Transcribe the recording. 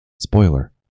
Spoiler